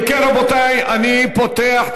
אם כן, אני פותח את